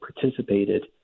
participated